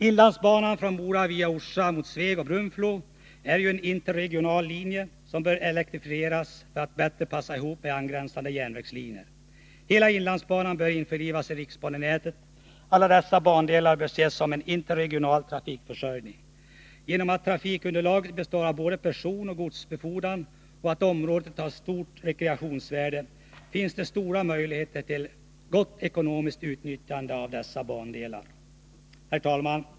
Inlandsbanan från Mora via Orsa mot Sveg och Brunflo är en interregional linje, som bör elektrifieras för att bättre passa ihop med angränsande järnvägslinjer. Hela inlandsbanan bör införlivas med riksbanenätet. Alla dessa bandelar bör ses som delar i en interregional trafikförsörjning. Genom att man här utför både personoch godsbefordran och genom att området har stort rekreationsvärde finns stora möjligheter till gott ekonomiskt utnyttjande av dessa bandelar. Herr talman!